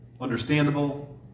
understandable